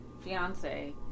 fiance